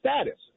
status